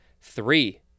three